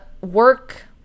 work